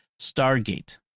Stargate